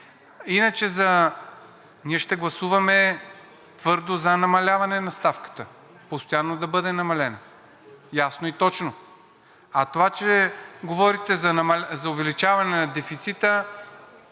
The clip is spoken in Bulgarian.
Ние ще гласуваме твърдо за намаляване на ставката, постоянно да бъде намалена – ясно и точно. А това, че говорите за увеличаване на дефицита,